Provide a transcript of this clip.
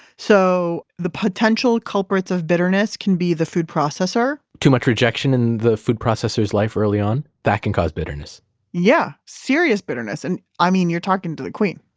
so, the potential culprits of bitterness can be the food processor too much rejection in the processor's life early on? that can cause bitterness yeah, serious bitterness. and, i mean, you're talking to the queen